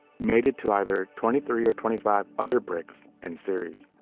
mated to either twenty three or twenty five other bricks in series.